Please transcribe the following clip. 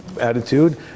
attitude